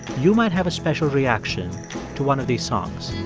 you might have a special reaction to one of these songs